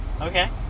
Okay